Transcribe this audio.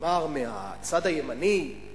נאמר מהצד הימני,